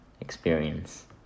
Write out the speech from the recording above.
experience